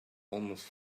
almost